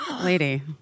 lady